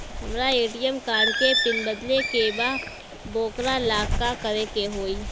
हमरा ATM card के PIN बदले के बा वोकरा ला का करे के होई?